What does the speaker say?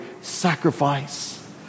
sacrifice